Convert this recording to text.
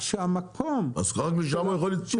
רק משם הוא יכול לטוס?